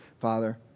Father